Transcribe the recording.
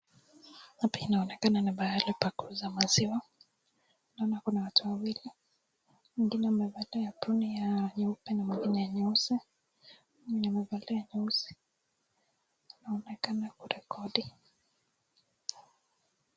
Hapa inaonekana ni pahali pa kuuza maziwa. Naona kuna watu wawili, mwingine amevalia aproni ya nyeupe na mwingine ya nyeusi. Yule amevalia nyeusi anaonekana kurekodi.